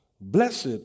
Blessed